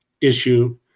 issue